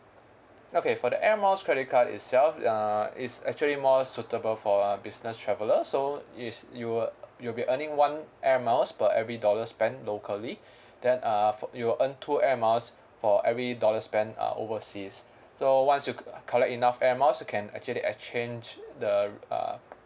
okay for the air miles credit card itself uh it's actually more suitable for a business traveller so if you were you'll be earning one air miles per every dollar spent locally then uh you earn two air miles for every dollar spent uh overseas so once you collect enough air miles you can actually exchange the uh